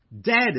Dead